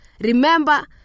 Remember